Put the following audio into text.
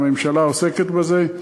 הממשלה עוסקת בזה.